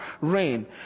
rain